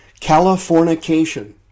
Californication